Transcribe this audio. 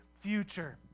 future